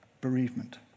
bereavement